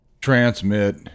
transmit